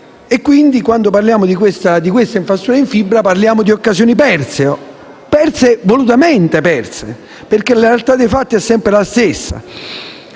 Quindi, quando parliamo di questa infrastruttura in fibra parliamo di occasioni perse, volutamente perse, perché la realtà dei fatti è sempre la stessa.